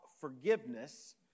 forgiveness